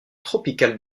tropicales